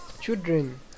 children